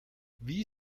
wie